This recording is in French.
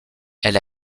elle